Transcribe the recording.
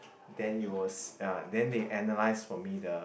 then it was ya then they analyse for me the